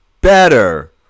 better